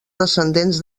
descendents